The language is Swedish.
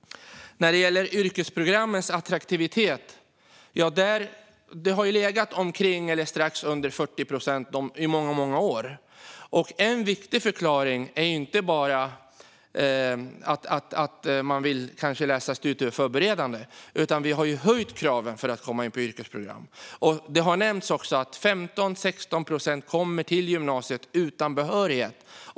Under många år har yrkesprogrammen attraherat runt 40 procent av de sökande. En viktig förklaring är att vi har höjt kraven för att komma in på yrkesprogrammen. Det har nämnts att cirka 15 procent kommer till gymnasiet utan behörighet.